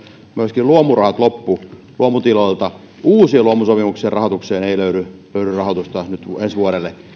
myöskin luomurahat loppu niin uusien luomusopimuksien rahoitukseen ei löydy löydy rahoitusta ensi vuodelle niille